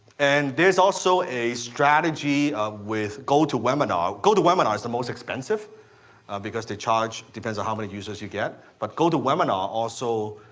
and there's also a strategy with go to webinar. go to webinar is the most expensive because they charge, depends on how many users you get but go to webinar also,